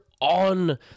on